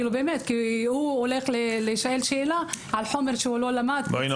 כי הוא הולך להישאל שאלה על חומר שהוא לא למד בגלל הצנזורה.